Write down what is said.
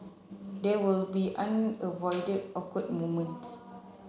there will be awkward moments